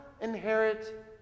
inherit